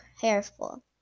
careful